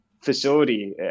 facility